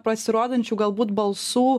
pasirodančių galbūt balsų